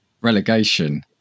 relegation